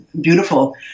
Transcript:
beautiful